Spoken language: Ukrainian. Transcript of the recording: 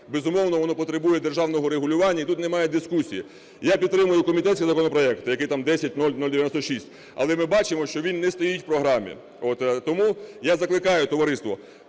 безумовно, воно потребує державного регулювання і тут немає дискусії. Я підтримую комітетський законопроект, який там 10096, але ми бачимо, що він не стоїть в програмі. Тому я закликаю товариство